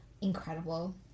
Incredible